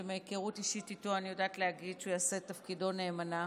שמהיכרות אישית איתו אני יודעת להגיד שהוא יעשה את תפקידו נאמנה.